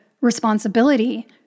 responsibility